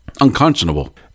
unconscionable